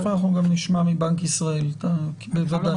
תכף אנחנו גם נשמע מבנק ישראל, בוודאי.